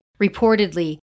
Reportedly